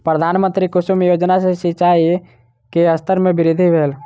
प्रधानमंत्री कुसुम योजना सॅ सिचाई के स्तर में वृद्धि भेल